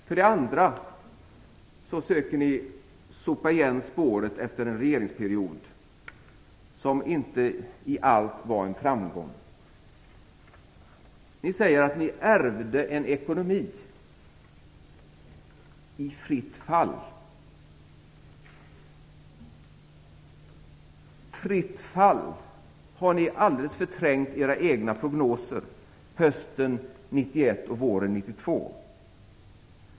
För det andra försöker ni sopa igen spåret efter en regeringsperiod som inte var en framgång i allt. Ni säger att ni ärvde en ekonomi i fritt fall. Har ni alldeles förträngt era egna prognoser hösten 1991 och våren 1992?